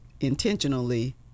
intentionally